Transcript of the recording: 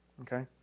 Okay